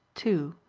two.